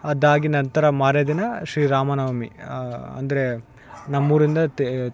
ಅದಾಗಿ ನಂತರ ಮಾರನೆ ದಿನ ಶ್ರೀ ರಾಮನವಮಿ ಅಂದರೆ ನಮ್ಮೂರಿಂದ